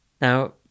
Now